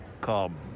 Come